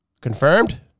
confirmed